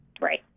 Right